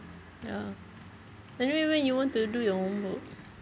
ya anyway when you want to do your homework